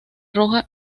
roja